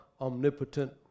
omnipotent